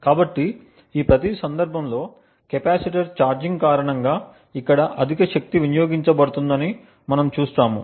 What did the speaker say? కాబట్టి ఈ ప్రతి సందర్భంలో కెపాసిటర్ ఛార్జింగ్ కారణంగా ఇక్కడ అధిక శక్తి వినియోగించబడుతుందని మనం చూస్తాము